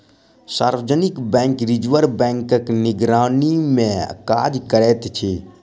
सार्वजनिक bank reserve बैंकक निगरानीमे काज करैत अछि